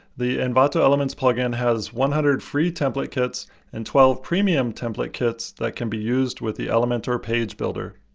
the envato elements plugins has one hundred free template kits and twelve premium template kits that can be used with the elementor page builder.